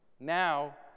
Now